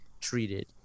treated